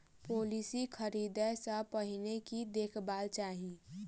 Policy खरीदै सँ पहिने की देखबाक चाहि?